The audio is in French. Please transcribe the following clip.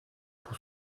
pour